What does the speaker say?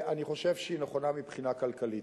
אני חושב שהיא נכונה מבחינה כלכלית.